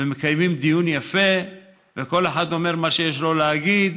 ומקיימים דיון יפה, וכל אחד אומר מה שיש לו להגיד,